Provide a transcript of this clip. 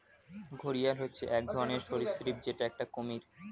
ঘড়িয়াল হচ্ছে এক ধরনের সরীসৃপ যেটা একটি কুমির